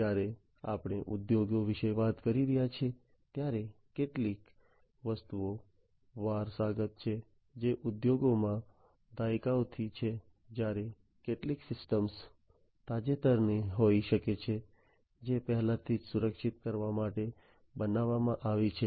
જ્યારે આપણે ઉદ્યોગો વિશે વાત કરી રહ્યા છીએ ત્યારે કેટલીક વસ્તુઓ વારસાગત છે જે ઉદ્યોગમાં દાયકાઓથી છે જ્યારે કેટલીક સિસ્ટમો તાજેતરની હોઈ શકે છે જે પહેલાથી જ સુરક્ષિત કરવા માટે બનાવવામાં આવી છે